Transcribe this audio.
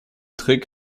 trick